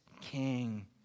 King